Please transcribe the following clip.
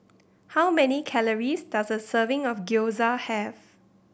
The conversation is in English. how many calories does a serving of Gyoza have